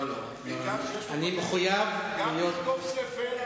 גם לכתוב ספר,